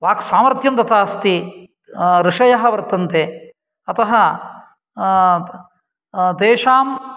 वाक्सामर्थ्यं तथा अस्ति ऋषयः वर्तन्ते अतः तेषां